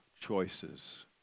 choices